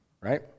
right